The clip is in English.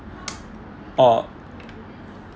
or